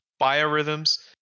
biorhythms